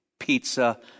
pizza